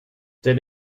tel